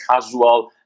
casual